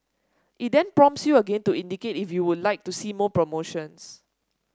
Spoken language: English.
it then prompts you again to indicate if you would like to see more promotions